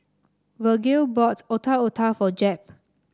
Virgil bought Otak Otak for Jeb